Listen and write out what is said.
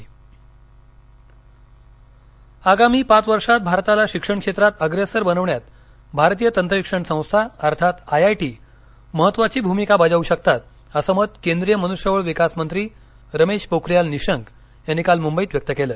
पोखरीयाल आयआयां आगामी पाच वर्षात भारताला शिक्षण क्षेत्रात अप्रेसर बनवण्यात भारतीय तंत्रशिक्षण संस्था अर्थात आयआयटी महत्वाची भूमिका बजावू शकतात असं मत केंद्रीय मनुष्यबळ विकास मंत्री रमेश पोखरीयाल निशंक यांनी काल मुंबईत व्यक्त केलं